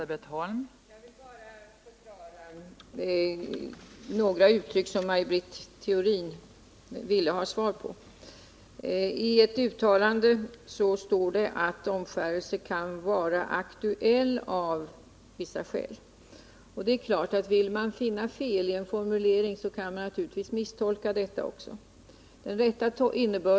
Fru talman! Jag vill bara förklara några uttryck som Maj Britt Theorin frågade om. I ett uttalande står det att omskärelse kan vara aktuell av vissa skäl. Vill man finna fel i en formulering, så kan man naturligtvis misstolka också detta.